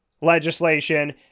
legislation